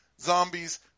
zombies